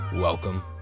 Welcome